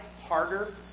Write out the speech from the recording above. harder